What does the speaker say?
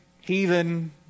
heathen